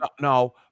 No